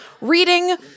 reading